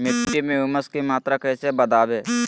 मिट्टी में ऊमस की मात्रा कैसे बदाबे?